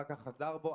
אר כך חזר בו,